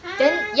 !huh!